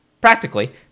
practically